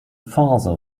father